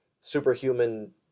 superhuman